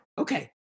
Okay